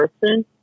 person